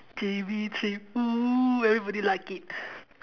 J_B trip !woo! everybody like it